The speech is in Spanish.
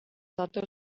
datos